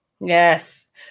Yes